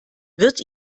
wird